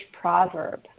proverb